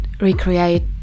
recreate